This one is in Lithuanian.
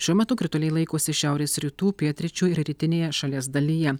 šiuo metu krituliai laikosi šiaurės rytų pietryčių ir rytinėje šalies dalyje